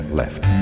left